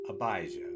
Abijah